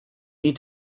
need